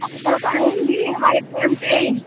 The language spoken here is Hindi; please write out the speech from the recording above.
आप कब आएँगी हमारे दुकान पर